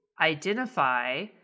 identify